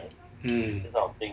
mm you know